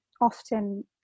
often